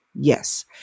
Yes